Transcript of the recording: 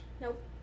Nope